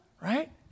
right